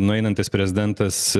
nueinantis prezidentas